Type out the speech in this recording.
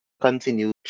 continue